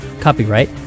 Copyright